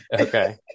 Okay